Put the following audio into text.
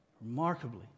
Remarkably